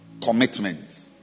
commitment